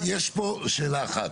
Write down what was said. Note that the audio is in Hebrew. יש פה שאלה אחת.